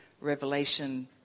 Revelation